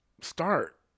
start